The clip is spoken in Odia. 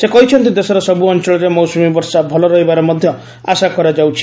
ସେ କହିଛନ୍ତି ଦେଶର ସବୁ ଅଂଚଳରେ ମୌସୁମୀ ବର୍ଷା ଭଲ ରହିବାର ମଧ୍ୟ ଆଶା କରାଯାଉଛି